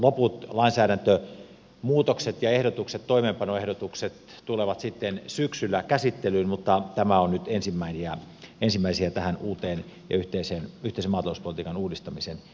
loput lainsäädäntömuutokset ja ehdotukset toimeenpanoehdotukset tulevat sitten syksyllä käsittelyyn mutta tämä on nyt ensimmäisiä tämän yhteisen maatalouspolitiikan uudistamisen jäljiltä